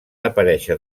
aparèixer